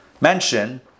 mention